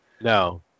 no